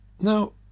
Now